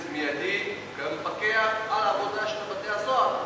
מיידית כדי לפקח על העבודה של בתי-הסוהר,